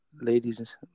ladies